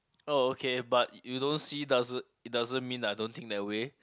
oh okay but you you don't see doesn't it doesn't mean that I don't think that way